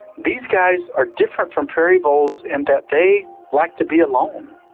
these guys are different from prairie voles and that they like to be alone.